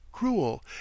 cruel